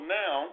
now